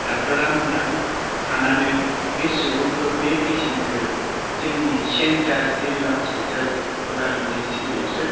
डाक्टरा मोनदां हानानै बे सुबुंखौ बे पेसियेन्टखौ जोंनि सेन्टार जिल्ला हस्पिताल उदालगुरि सिभिलावसो